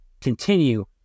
continue